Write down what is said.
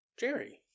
Jerry